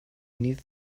need